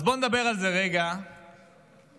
אז בואו נדבר רגע על זה